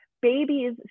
babies